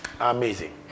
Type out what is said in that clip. Amazing